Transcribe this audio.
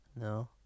no